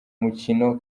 mukino